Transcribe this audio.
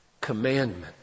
commandment